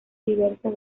diverso